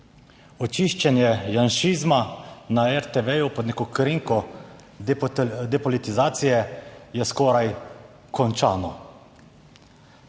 Očiščenje janšizma na RTV pod neko krinko depolitizacije je skoraj končano.